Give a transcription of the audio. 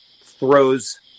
Throws